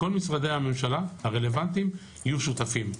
יהיו שותפים.